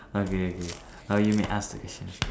okay okay err you may ask the question